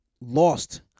lost